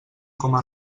coma